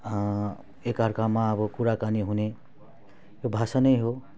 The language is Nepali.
एकअर्कामा अब कुराकानी हुने यो भाषा नै हो